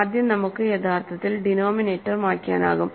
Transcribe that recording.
ആദ്യം നമുക്ക് യഥാർത്ഥത്തിൽ ഡിനോമിനേറ്റർ മായ്ക്കാനാകും